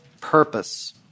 purpose